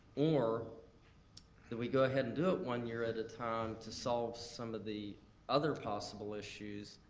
or that we do ahead and do it one year at a time to solve some of the other possible issues,